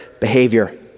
behavior